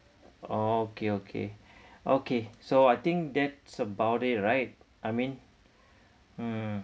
orh okay okay okay so I think that's about it right I mean mm